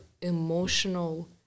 emotional